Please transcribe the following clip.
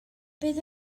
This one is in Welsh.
bydd